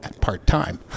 part-time